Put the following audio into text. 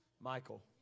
Michael